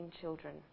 children